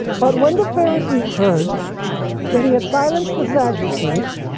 but when the pharisees heard that he had silenced the sadducees,